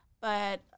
but-